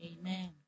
Amen